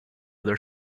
their